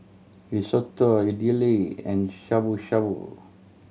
Risotto Idili and Shabu Shabu